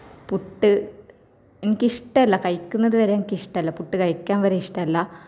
പുട്ട് എനിക്കിഷ്ട്ല്ല കഴിക്കുന്നത് വരെ എനിക്കിഷ്ട്ല്ല പുട്ട് കഴിക്കാൻ വരെ ഇഷ്ടമല്ല